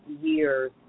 years